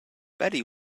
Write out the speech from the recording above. betty